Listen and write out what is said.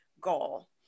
goal